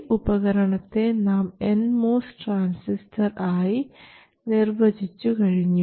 ഈ ഉപകരണത്തെ നാം nMOS ട്രാൻസിസ്റ്റർ ആയി നിർവചിച്ചു കഴിഞ്ഞു